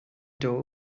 door